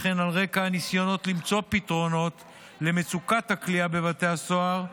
וכן על רקע הניסיונות למצוא פתרונות למצוקת הכליאה בבתי הסוהר,